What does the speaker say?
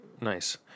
Nice